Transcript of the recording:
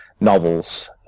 novels